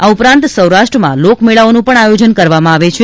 આ ઉપરાંત સૌરાષ્ટ્રમાં લોક મેળાઓનું પણ આયોજન કરવામાં આવે છે